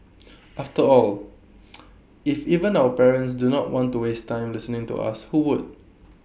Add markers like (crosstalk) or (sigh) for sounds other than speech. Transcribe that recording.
after all (noise) if even our parents do not want to waste time listening to us who would